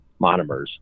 monomers